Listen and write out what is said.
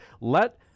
let